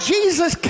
Jesus